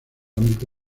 ámbito